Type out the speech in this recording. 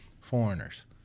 foreigners